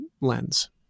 lens